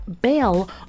bail